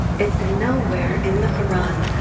it's nowhere in the quran,